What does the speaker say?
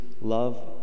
love